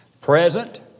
Present